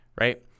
right